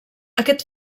aquest